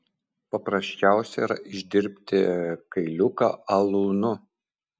paprasčiausia yra išdirbti kailiuką alūnu